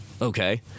Okay